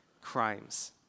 crimes